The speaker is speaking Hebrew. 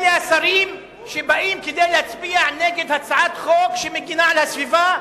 אלה השרים שבאים כדי להצביע נגד הצעת חוק שמגינה על הסביבה,